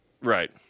Right